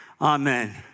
amen